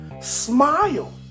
Smile